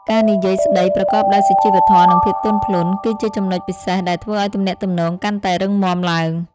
ការនិយាយស្ដីប្រកបដោយសុជីវធម៌និងភាពទន់ភ្លន់ គឺជាចំណុចពិសេសដែលធ្វើឱ្យទំនាក់ទំនងកាន់តែរឹងមាំឡើង។